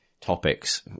topics